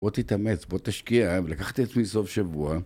בוא תתאמץ, בוא תשקיע, לקח את עצמי לסוף שבוע.